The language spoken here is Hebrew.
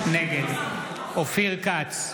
נגד אופיר כץ,